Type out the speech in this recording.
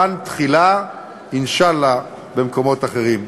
דן תחילה, אינשאללה במקומות אחרים.